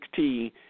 2016